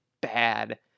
bad